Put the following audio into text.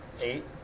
Eight